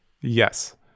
yes